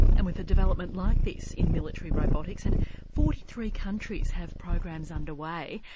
and with a development like this in military robotics, and forty three countries have programs underway,